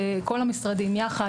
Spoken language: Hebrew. כל המשרדים יחד,